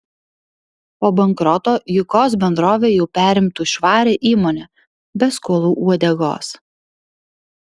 po bankroto jukos bendrovė jau perimtų švarią įmonę be skolų uodegos